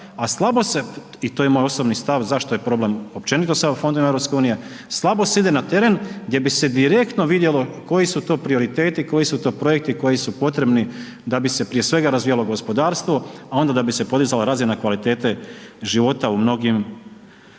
a slabo se i to je moj osobni stav zašto je problem općenito sa EU fondovima EU, slabo se ide na teren gdje bi se direktno vidjelo koji su to prioriteti, koji su to projekti koji su potrebni da bi se prije svega razvijalo gospodarstvo, a onda da bi se podizala razina kvalitete života u mnogim, mnogim